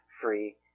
free